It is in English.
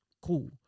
Cool